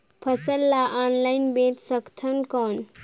फसल ला ऑनलाइन बेचे सकथव कौन?